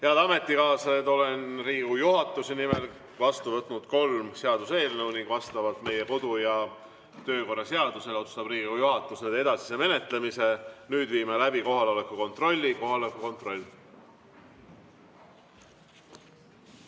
Head ametikaaslased! Olen Riigikogu juhatuse nimel vastu võtnud kolm seaduseelnõu ning vastavalt meie kodu‑ ja töökorra seadusele otsustab Riigikogu juhatus nende edasise menetlemise. Nüüd viime läbi kohaloleku kontrolli. Kohaloleku kontroll.